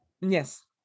Yes